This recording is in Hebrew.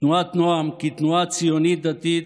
תנועת נעם, כתנועה ציונית דתית,